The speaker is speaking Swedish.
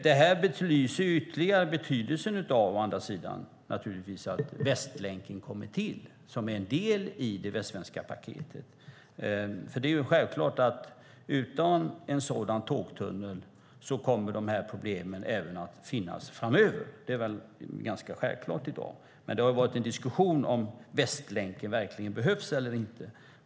Detta belyser ytterligare betydelsen av att Västlänken kommer till som en del i det västsvenska paketet. Utan en sådan tågtunnel kommer de här problemen att finnas kvar framöver. Det är väl ganska självklart i dag. Det har ju varit en diskussion om huruvida Västlänken verkligen behövs.